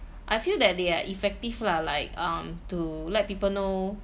I feel that they are effective lah like um to let people know